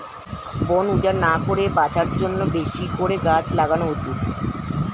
বন উজাড় না করে বাঁচার জন্যে বেশি করে গাছ লাগানো উচিত